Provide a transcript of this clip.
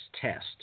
test